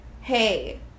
hey